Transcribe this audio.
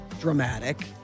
dramatic